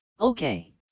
Okay